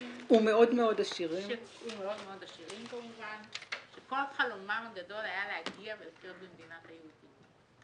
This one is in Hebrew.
אדוקים ומאוד עשירים שכל חלומם הגדול היה להגיע ולחיות במדינת היהודים.